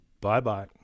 Bye-bye